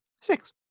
six